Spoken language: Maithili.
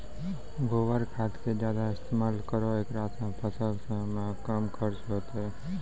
गोबर खाद के ज्यादा इस्तेमाल करौ ऐकरा से फसल मे कम खर्च होईतै?